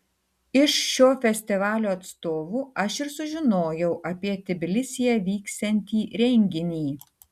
iš šio festivalio atstovų aš ir sužinojau apie tbilisyje vyksiantį renginį